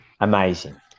amazing